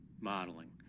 modeling